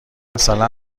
مثلا